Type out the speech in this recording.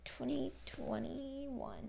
2021